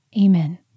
Amen